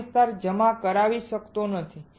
આ વિસ્તાર જમા કરાવી શકતો નથી